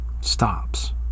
stops